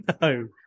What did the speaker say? No